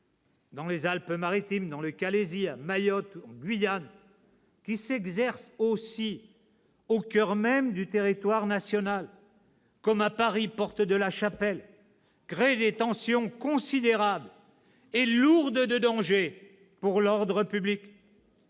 dans les Alpes-Maritimes, dans le Calaisis, à Mayotte, en Guyane, qui s'exerce aussi au coeur même du territoire national, comme à Paris, porte de la Chapelle, crée des tensions considérables et lourdes de dangers pour l'ordre public.